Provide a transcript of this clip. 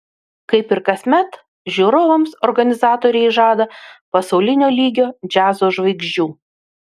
kaip ir kasmet žiūrovams organizatoriai žada pasaulinio lygio džiazo žvaigždžių